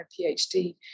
PhD